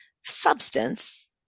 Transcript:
substance